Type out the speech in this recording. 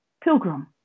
pilgrim